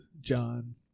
John